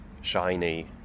shiny